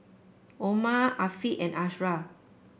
Omar Afiq and Ashraff